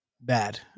bad